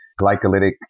glycolytic